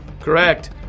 Correct